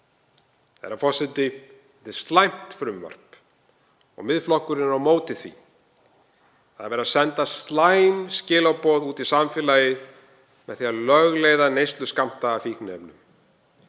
Þetta er slæmt frumvarp og Miðflokkurinn er á móti því. Það er verið að senda slæm skilaboð út í samfélagið með því að lögleiða neysluskammta af fíkniefnum,